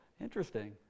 interesting